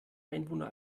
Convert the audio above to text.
einwohner